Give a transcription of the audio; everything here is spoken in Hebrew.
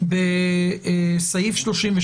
סעיף 38